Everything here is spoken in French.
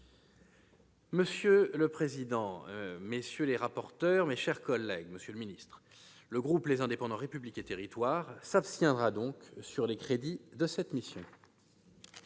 Monsieur le président, monsieur le ministre, mes chers collègues, le groupe Les Indépendants-République et Territoires s'abstiendra donc sur les crédits de cette mission.